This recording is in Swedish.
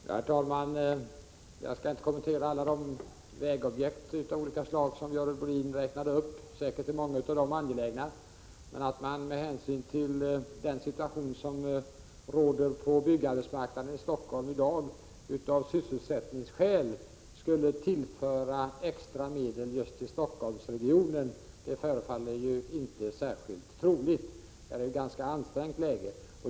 Herr talman! Jag skall inte kommentera alla de vägobjekt av olika slag som Görel Bohlin räknade upp. Många av dem är säkert angelägna. Men att man med hänsyn till den situation som i dag råder på byggarbetsmarknaden i Stockholm av sysselsättningsskäl skulle tillföra just denna region extra medel förefaller inte särskilt troligt. Läget där är ju ganska ansträngt.